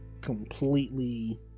completely